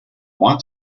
want